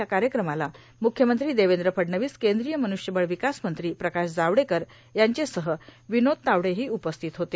या कार्यक्रमाला मुख्यमंत्री देवेंद्र फडणवीस केंद्रीय मन्रष्यबळ विकास मंत्री प्रकाश जावडेकर यांचेसह विनोद तावडेही उपस्थित होते